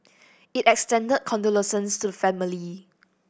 it extended condolences to the family